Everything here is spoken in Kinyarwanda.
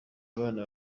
abana